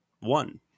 One